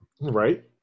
Right